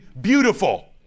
beautiful